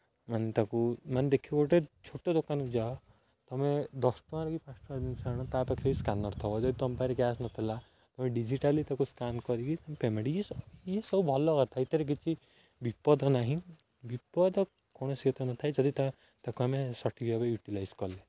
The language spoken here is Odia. ମାନେ ତାକୁ ମାନେ ଦେଖିବ ଗୋଟେ ଛୋଟ ଦୋକାନକୁ ଯାଅ ଟୁମେ ଦଶ ଟଙ୍କା କି ପାଞ୍ଚ ଟଙ୍କା ଜିନିଷ ଆଣ ତା ପାଖରେ ସ୍କାନର୍ ଥିବ ଯଦି ତୁମ ପାଖରେ କ୍ୟାସ୍ ନଥିଲା ତୁମେ ଡିଜିଟାଲି ତାକୁ ସ୍କାନ୍ କରିକି ତୁମେ ପେମେଣ୍ଟ୍ ଇଏ ଇଏ ସବୁ ଭଲ କଥା ଏଥିରେ କିଛି ବିପଦ ନାହିଁ ବିପଦ କୌଣସି କଥାରେ ନଥାଏ ଯଦି ତାକୁ ଆମେ ସଠିକ୍ ଭାବେ ୟୁଟିଲାଇଜ୍ କଲେ